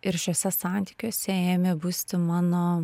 ir šiuose santykiuose ėmė busti mano